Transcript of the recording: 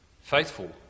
faithful